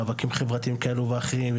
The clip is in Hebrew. מאבקים חברתיים כאלה ואחרים.